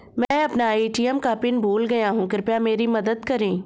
मैं अपना ए.टी.एम का पिन भूल गया हूं, कृपया मेरी मदद करें